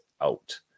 out